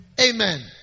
Amen